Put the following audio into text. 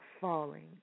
falling